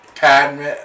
Padme